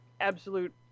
absolute